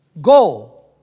go